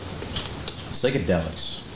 Psychedelics